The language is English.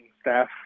staff